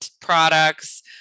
products